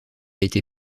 été